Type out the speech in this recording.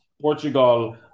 Portugal